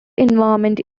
environment